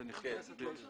תכנית 5000